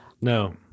No